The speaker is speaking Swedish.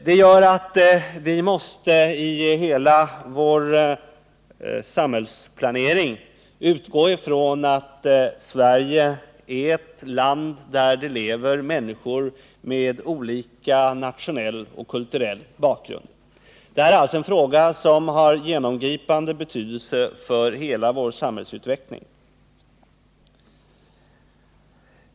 Detta gör att vi i hela vår samhällsplanering måste utgå från att Sverige är ett land där det lever människor med olika nationell och kulturell bakgrund. Den här frågan har alltså genomgripande betydelse för hela vår samhällsutveckling.